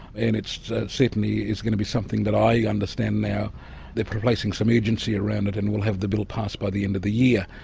and it certainly is going to be something that i understand now they are placing some urgency around it and will have the bill passed by the end of the year,